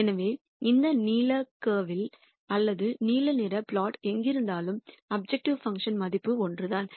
எனவே இந்த நீல கர்வ்வில் அல்லது நீல நிற பிளாட் எங்கிருந்தாலும் அப்ஜெக்டிவ் பங்க்ஷன் மதிப்பு ஒன்றுதான்